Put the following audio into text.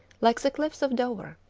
like the cliffs of dover.